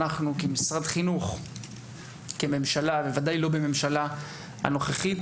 כממשלה ובוודאי לא בממשלה הנוכחית,